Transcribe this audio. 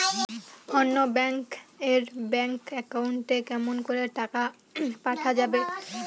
অন্য ব্যাংক এর bank account এ কেমন করে টাকা পাঠা যাবে?